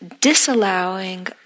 disallowing